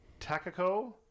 Takako